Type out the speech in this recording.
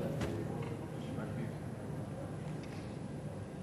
חוק ומשפט להכנה לקריאה שנייה ולקריאה שלישית.